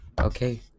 Okay